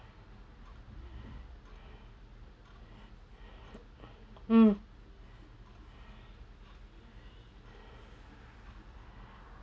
mm